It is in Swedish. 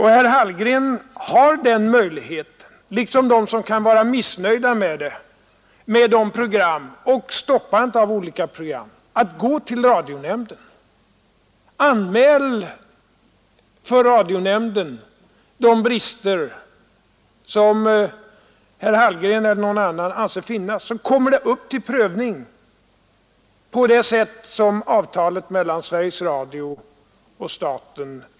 Herr Hallgren liksom andra som kan vara missnöjda med ett program eller stoppandet av vissa program har möjlighet att göra anmälan till radionämnden, som tar upp sådana ärenden till prövning i enlighet med avtalet mellan Sveriges Radio och staten.